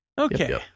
Okay